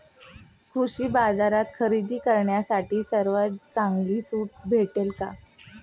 कृषी बाजारात खरेदी करण्यासाठी सर्वात चांगली सूट भेटेल का?